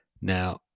Now